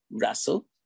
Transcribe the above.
Russell